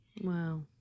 Wow